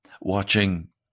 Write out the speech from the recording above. Watching